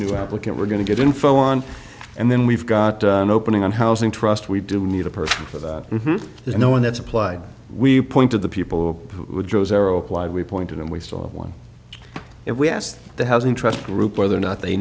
new applicant we're going to get info on and then we've got an opening on housing trust we do need a person for that there's no one that's applied we point to the people we point to and we still have one if we asked the housing trust group whether or not they